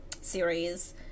series